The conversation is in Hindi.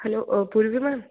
hello Purvi ma'am